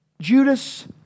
Judas